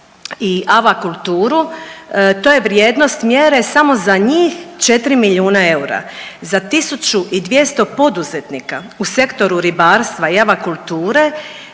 i avakulturu, to je vrijednost mjere samo za njih 4 milijuna eura, za 1200 poduzetnika u sektoru ribarstva i avakulture